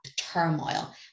turmoil